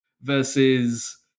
versus